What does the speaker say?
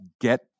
get